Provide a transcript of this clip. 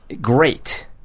great